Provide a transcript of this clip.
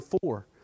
four